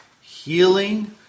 healing